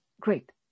great